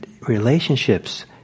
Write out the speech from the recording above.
relationships